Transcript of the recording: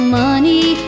money